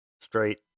straight